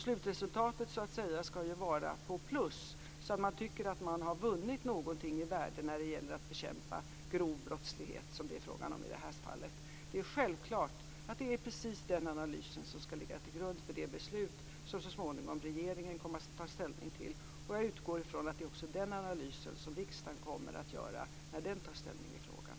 Slutresultatet skall ju så att säga ligga på plus, så att man tycker att man har vunnit någonting av värde när det gäller att bekämpa grov brottslighet, som det är fråga om i det här fallet. Det är självklart att det är precis den analysen som skall ligga till grund för det beslut som regeringen så småningom kommer att ta ställning till. Jag utgår ifrån att det också är den analysen som riksdagen gör när den skall ta ställning i frågan.